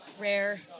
rare